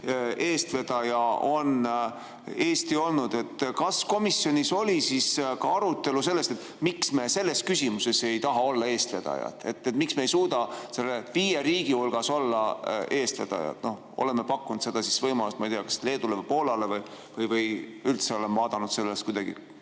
eestvedaja on Eesti olnud. Kas komisjonis oli arutelu ka selle üle, miks me selles küsimuses ei taha olla eestvedajad? Miks me ei suuda selle viie riigi hulgas olla eestvedajad? Oleme pakkunud seda võimalust, ma ei tea, kas Leedule või Poolale, või üldse oleme vaadanud sellest kuidagi